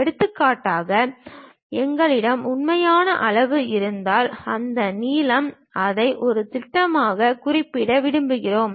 எடுத்துக்காட்டாக எங்களிடம் உண்மையான அளவு இருந்தால் அந்த நீளம் அதை ஒரு திட்டமாக குறிப்பிட விரும்புகிறோம்